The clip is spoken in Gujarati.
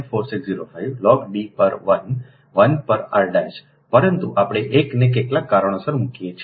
4605 લોગ d પર 1 1 પર r પરંતુ આપણે 1 ને કેટલાક કારણોસર મૂકીએ છીએ